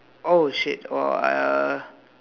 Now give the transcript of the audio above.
oh shit !wah! I uh